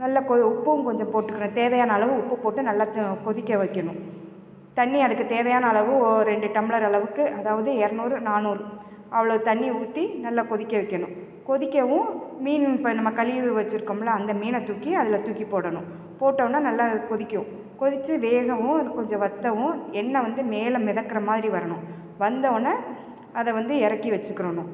நல்லா கொ உப்பும் கொஞ்சம் போட்டுக்கணும் தேவையான அளவு உப்பு போட்டு நல்லா கொதிக்க வைக்கணும் தண்ணி அதுக்குத் தேவையான அளவு ஓ ரெண்டு டம்ளர் அளவுக்கு அதாவது இரநூறு நானூறு அவ்வளோ தண்ணி ஊற்றி நல்லா கொதிக்க வைக்கணும் கொதிக்கவும் மீன் இப்போ நம்ம கழுவி வச்சிருக்கோமில்ல அந்த மீனை தூக்கி அதில் தூக்கிப் போடணும் போட்டவொடனே நல்லா கொதிக்கும் கொதித்து வேகவும் அது கொஞ்சம் வற்றவும் எண்ணெய் வந்து மேலே மிதக்குற மாதிரி வரணும் வந்தவொடனே அதை வந்து இறக்கி வச்சிக்கிடணும்